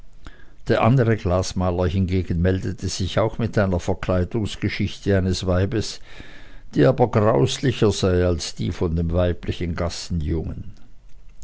der andere glasmaler hingegen meldete sich auch mit einer verkleidungsgeschichte eines weibes die aber grauslicher sei als die von dem weiblichen